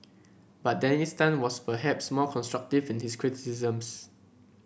but Dennis Tan was perhaps more constructive in his criticisms